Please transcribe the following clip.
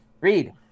Read